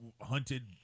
Hunted